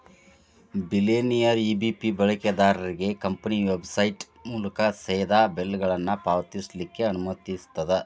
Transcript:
ಬಿಲ್ಲರ್ನೇರ EBP ಬಳಕೆದಾರ್ರಿಗೆ company website ಮೂಲಕಾ ಸೇದಾ ಬಿಲ್ಗಳನ್ನ ಪಾವತಿಸ್ಲಿಕ್ಕೆ ಅನುಮತಿಸ್ತದ